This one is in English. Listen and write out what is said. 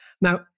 Now